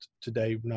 today